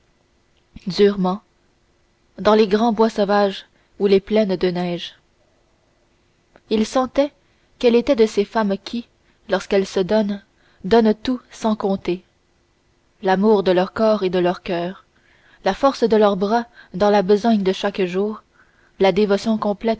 durement dans les grands bois sauvages ou les plaines de neige il sentait qu'elle était de ces femmes qui lorsqu'elles se donnent donnent tout sans compter l'amour de leur corps et de leur coeur la force de leurs bras dans la besogne de chaque jour la dévotion